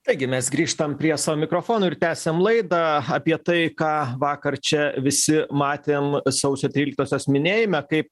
taigi mes grįžtam prie savo mikrofonų ir tęsiam laidą apie tai ką vakar čia visi matėm sausio tryliktosios minėjime kaip